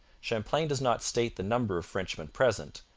champlain does not state the number of frenchmen present,